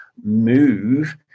move